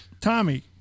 Tommy